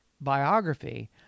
biography